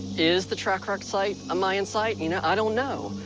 is the track rock site a mayan site? you know, i don't know.